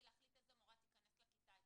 להחליט איזו מורה תיכנס לכיתה אצלם,